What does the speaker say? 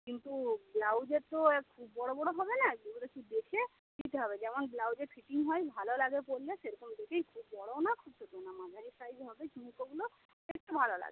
কিন্তু ব্লাউজের তো আর খুব বড় বড় হবে না ওগুলো একটু দেখে নিতে হবে যেমন ব্লাউজের ফিটিং হয় ভালো লাগে পরলে সেরকম দেখেই খুব বড়ও না খুব ছোটও না মাঝারি সাইজ হবে ঝুমকোগুলো দেখতে ভালো লাগবে